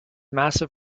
massive